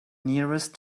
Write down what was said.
nearest